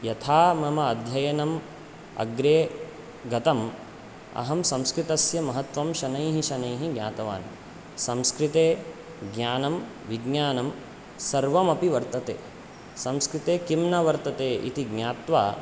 यथा मम अध्ययनम् अग्रे गतम् अहं संस्कृतस्य महत्वं शनैः शनैः ज्ञातवान् संस्कृते ज्ञानं विज्ञानं सर्वमपि वर्तते संस्कृते किं न वर्तते इत ज्ञात्वा